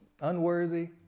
unworthy